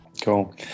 Cool